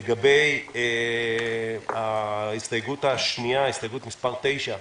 לגבי ההסתייגות השנייה, הסתייגות מס' 9,